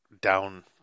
down